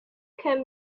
can